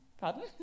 Pardon